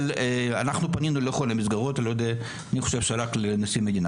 אנחנו פנינו לכל המסגרות - אני חושב שרק לנשיא המדינה